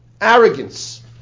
arrogance